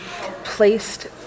placed